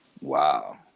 Wow